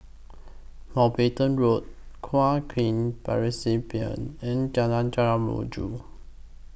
Mountbatten Road Kuo and Jalan Mojo